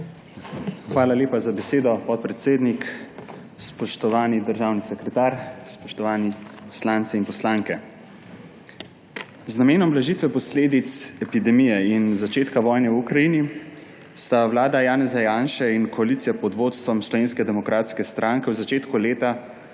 Hvala lepa za besedo, podpredsednik. Spoštovani državni sekretar, spoštovani poslanci in poslanke! Z namenom blažitve posledic epidemije in začetka vojne v Ukrajini sta vlada Janeza Janše in koalicija pod vodstvom Slovenske demokratske stranke v začetku leta